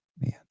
man